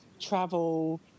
travel